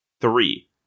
Three